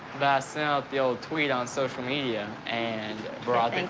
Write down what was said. ah sent out the old tweet on social media and brought the and